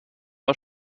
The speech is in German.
war